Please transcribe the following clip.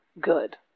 good